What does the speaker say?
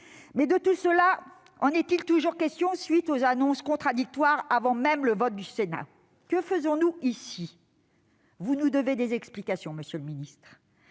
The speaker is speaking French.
environnementale ? En est-il toujours question, à la suite des annonces contradictoires avant même le vote du Sénat ? Que faisons-nous ici ? Vous nous devez des explications, monsieur le garde